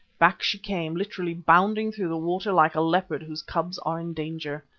back she came, literally bounding through the water like a leopard whose cubs are in danger.